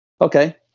Okay